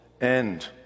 end